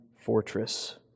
fortress